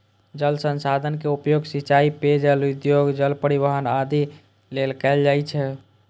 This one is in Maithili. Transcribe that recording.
जल संसाधन के उपयोग सिंचाइ, पेयजल, उद्योग, जल परिवहन आदि लेल कैल जाइ छै